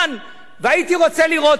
והייתי רוצה לראות אם אין רוב.